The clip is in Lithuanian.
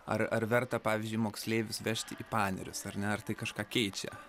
ar verta pavyzdžiui moksleivius vežti į panerius ar ne ar tai kažką keičia